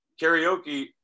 karaoke